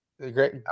Great